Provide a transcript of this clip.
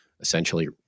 essentially